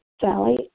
Sally